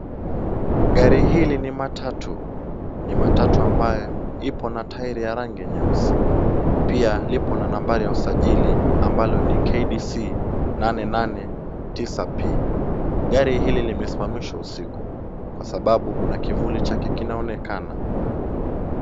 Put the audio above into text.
Gari hili ni matatu, ni matatu ambayo ipo na tairi ya rangi nyeusi, pia lipo na nambari ya usajili ambalo ni KBC 889P gari hili limesimamishwa usiku kwa sababu kuna kivuli chake kinaonekana.